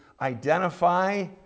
identify